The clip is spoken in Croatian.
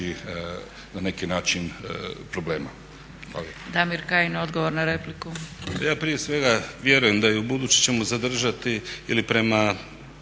na neki način problema.